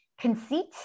conceit